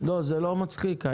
זה לא מצחיק.